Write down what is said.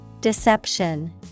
Deception